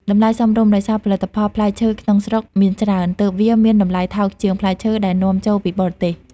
តម្លៃសមរម្យ ដោយសារផលិតផលផ្លែឈើក្នុងស្រុកមានច្រើន ទើបវាមានតម្លៃថោកជាងផ្លែឈើដែលនាំចូលពីបរទេស។